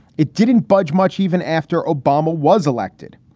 it didn't budge much even after obama was elected.